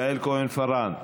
יעל כהן-פארן,